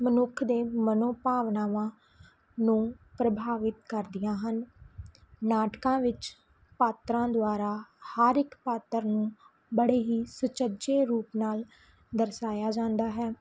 ਮਨੁੱਖ ਦੇ ਮਨੋ ਭਾਵਨਾਵਾਂ ਨੂੰ ਪ੍ਰਭਾਵਿਤ ਕਰਦੀਆਂ ਹਨ ਨਾਟਕਾਂ ਵਿੱਚ ਪਾਤਰਾਂ ਦੁਆਰਾ ਹਰ ਇੱਕ ਪਾਤਰ ਨੂੰ ਬੜੇ ਹੀ ਸੁਚੱਜੇ ਰੂਪ ਨਾਲ ਦਰਸਾਇਆ ਜਾਂਦਾ ਹੈ